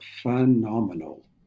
phenomenal